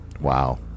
Wow